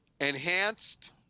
enhanced